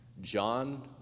John